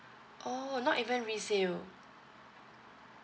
oh not even resale